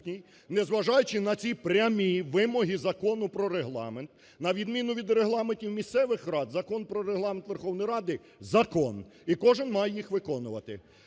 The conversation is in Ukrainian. не зважаючи на ці прямі вимоги Закону про Регламент, на відміну від регламентів місцевих рад, Закон "Про Регламент Верховної Ради" – закон, і кожен має їх виконувати.